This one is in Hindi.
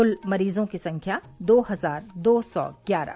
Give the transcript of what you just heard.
कुल मरीजों की संख्या दो हजार दो सौ ग्यारह